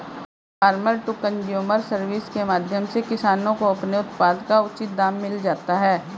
farmer to consumer service के माध्यम से किसानों को अपने उत्पाद का उचित दाम मिल जाता है